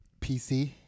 PC